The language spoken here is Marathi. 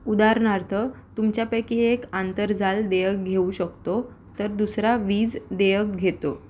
उदाहरणार्थ तुमच्यापैकी एक आंतरजाल देयक घेऊ शकतो तर दुसरा वीज देयक घेतो